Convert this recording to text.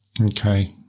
Okay